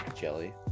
Jelly